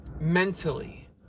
mentally